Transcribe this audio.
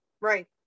Right